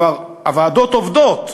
הוועדות כבר עובדות.